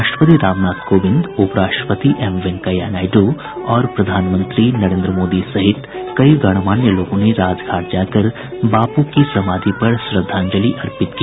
राष्ट्रपति रामनाथ कोविंद उप राष्ट्रपति एम वेकैंया नायडू और प्रधानमंत्री नरेन्द्र मोदी सहित कई गणमान्य लोगों ने राजघाट जाकर बापू की समाधि पर श्रद्धांजलि अर्पित की